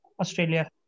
Australia